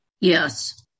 Yes